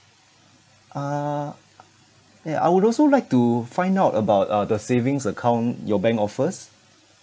uh and I would also like to find out about uh the savings account your bank offers